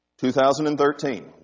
2013